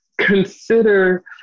consider